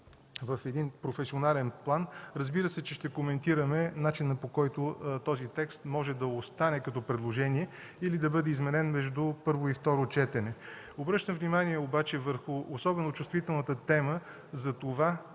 в един професионален план, разбира се, че ще коментираме начина, по който този текст може да остане като предложение или да бъде изменен между първо и второ четене. Обръщам внимание обаче върху особено чувствителната тема за това